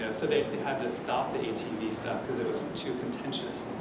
ah so they they had to stop the atv stuff because it was too contentious